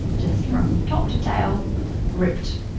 just from top to tail ripped.